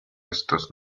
estos